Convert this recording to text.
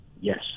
Yes